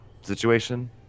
situation